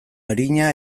arina